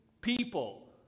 people